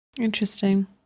Interesting